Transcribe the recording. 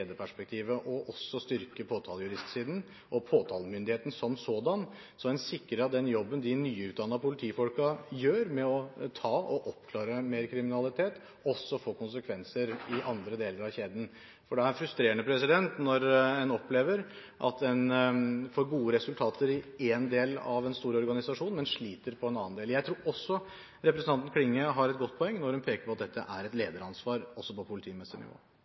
og styrke påtalejuristsiden og påtalemyndigheten som sådan, sånn at en sikrer at den jobben nyutdannede politifolk gjør med å oppklare mer kriminalitet, også får konsekvenser i andre deler av kjeden. Det er frustrerende når man opplever å få gode resultater i én del av en stor organisasjon, men sliter i en annen del. Jeg tror også representanten Klinge har et godt poeng når hun peker på at dette er et lederansvar, også på